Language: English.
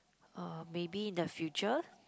uh maybe in the future